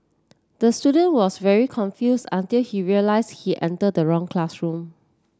the student was very confused until he realised he entered the wrong classroom